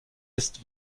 ist